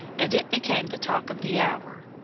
and it became the talk of the hour.